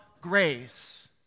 grace